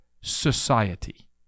society